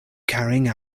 carrying